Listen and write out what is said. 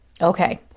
Okay